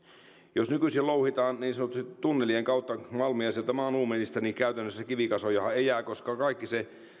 jos nykyisin louhitaan niin sanotusti tunnelien kautta malmia sieltä maan uumenista niin käytännössähän kivikasoja ei jää koska kaikki se